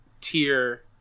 tier